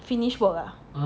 finish work ah